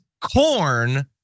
corn